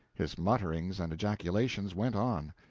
his mutterings and ejaculations went on.